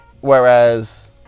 whereas